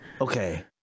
Okay